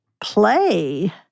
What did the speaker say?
play